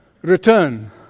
Return